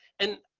and